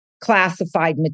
classified